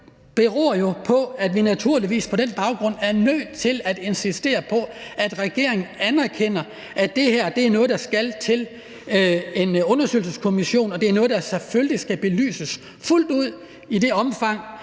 den baggrund er vi naturligvis nødt til at insistere på, at regeringen anerkender, at det her er noget, der skal i en undersøgelseskommission, og at det er noget, der selvfølgelig skal belyses fuldt ud i et sådant